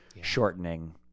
shortening